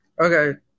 Okay